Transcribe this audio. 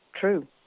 True